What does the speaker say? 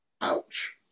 Ouch